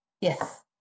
Yes